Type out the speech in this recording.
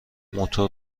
موتور